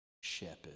shepherd